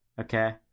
Okay